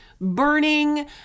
burning